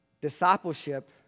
discipleship